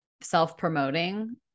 self-promoting